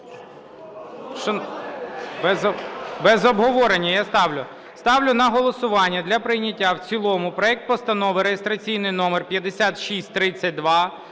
Без обговорення я ставлю. Ставлю на голосування для прийняття в цілому проект Постанови (реєстраційний номер 5632)